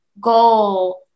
goal